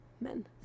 men